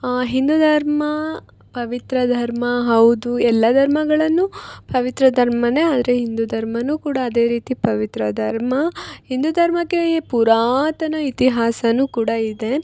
ಹಿಂದೂ ಧರ್ಮಾ ಪವಿತ್ರ ಧರ್ಮ ಹೌದು ಎಲ್ಲ ಧರ್ಮಗಳನ್ನು ಪವಿತ್ರ ಧರ್ಮನೆ ಆದರೆ ಹಿಂದೂ ಧರ್ಮನು ಕೂಡ ಅದೆ ರೀತಿ ಪವಿತ್ರ ಧರ್ಮ ಹಿಂದೂ ಧರ್ಮಕ್ಕೆಯೆ ಪುರಾತನ ಇತಿಹಾಸನು ಕೂಡ ಇದೆ